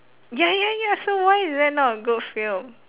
ya ya ya so why is that not a good film